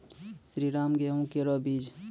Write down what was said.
श्रीराम गेहूँ केरो बीज?